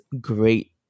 great